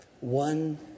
one